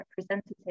representative